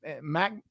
Mac